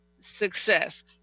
success